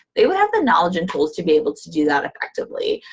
they would have the knowledge and tools to be able to do that effectively.